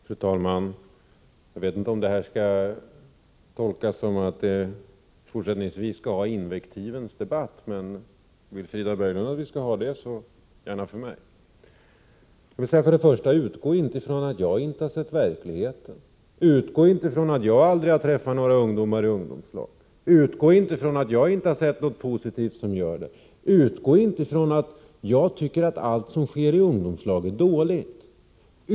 Fru talman! Jag vet inte om det som nyss sagts här skall tolkas så, att det fortsättningsvis skall vara en invektivens debatt. Om Frida Berglund vill att vi skall ha en sådan, så gärna för mig. Inledningsvis vill jag säga följande: Utgå inte från att jag inte har sett verkligheten. Utgå inte från att jag aldrig har träffat några ungdomar i ungdomslag. Utgå inte från att jag inte har sett något positivt härvidlag. Utgå inte från att jag tycker att allt som sker i ungdomslag är dåligt.